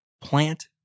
plant